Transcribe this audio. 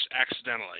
accidentally